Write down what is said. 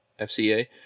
FCA